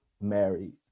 married